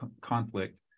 conflict